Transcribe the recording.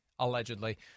allegedly